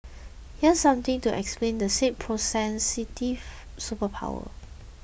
here's something to explain the said superpower